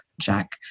Jack